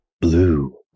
blue